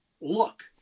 Look